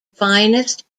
finest